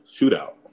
shootout